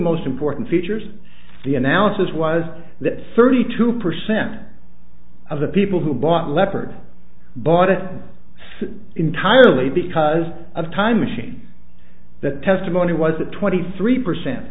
most important features the analysis was that thirty two percent of the people who bought leopard bought it entirely because of time machine that testimony was that twenty three percent